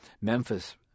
Memphis